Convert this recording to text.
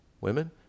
Women